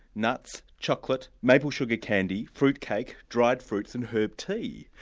nuts, chocolate, maple sugar candy, fruit cake, dried fruits and herb tea.